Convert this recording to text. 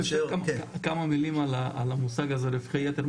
אפשר כמה מילים על המושג הזה רווחי יתר?